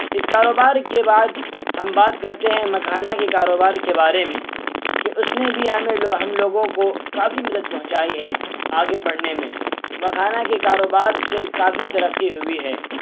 اس کاروبار کے بعد ہم بات کرتے ہیں مکھانا کے کاروبار کے بارے میں کہ اس نے بھی ہمیں ہم لوگوں کو کافی مدد پہنچائی ہے آگے بڑھنے میں مکھانا کے کاروبار سے کافی ترقی ہوئی ہے